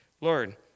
Lord